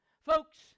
Folks